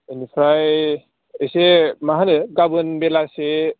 बेनिफ्राय एसे मा होनो गाबोन बेलासि